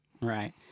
Right